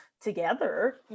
Together